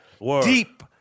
Deep